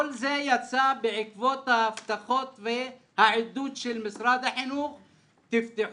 כל זה יצא בעקבות ההבטחות והעידוד של משרד החינוך שאמרו שנפתח